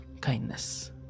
kindness